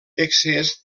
excés